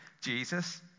Jesus